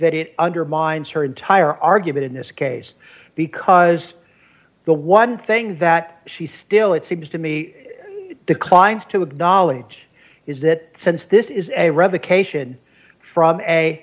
that it undermines her entire argument in this case because the one thing that she still it seems to me declines to acknowledge is that since this is a revocation from a